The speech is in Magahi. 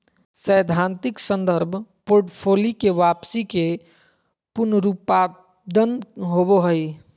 सैद्धांतिक संदर्भ पोर्टफोलि के वापसी के पुनरुत्पादन होबो हइ